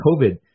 covid